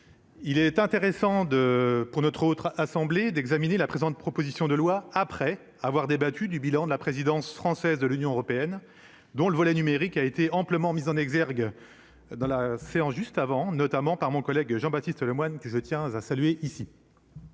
il est intéressant de pour notre notre assemblée d'examiner la présente proposition de loi après avoir débattu du bilan de la présidence française de l'Union européenne, dont le volet numérique a été amplement mis en exergue dans la séance, juste avant, notamment par mon collègue Jean-Baptiste Lemoyne, que je tiens à saluer ici.